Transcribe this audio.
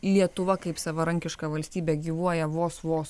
lietuva kaip savarankiška valstybė gyvuoja vos vos